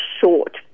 short